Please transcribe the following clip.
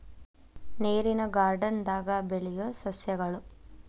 ನೇರಿನ ಗಾರ್ಡನ್ ದಾಗ ಬೆಳಿಯು ಸಸ್ಯಗಳು